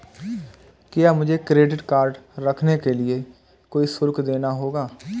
क्या मुझे credit card रखने के लिए कोई शुल्क देना होगा?